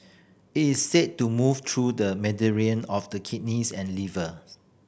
it is said to move through the of the kidneys and liver